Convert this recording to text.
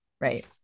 right